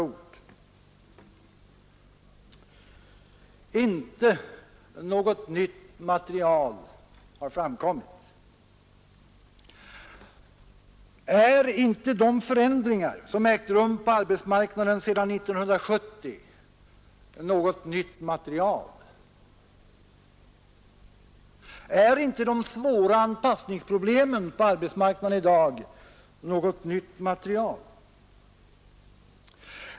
Utskottet säger att intet nytt material tillkommit, men är inte de förändringar som ägt rum på arbetsmarknaden sedan 1970 något nytt material? Är inte de svåra anpassningsproblemen på arbetsmarknaden i dag något nytt material?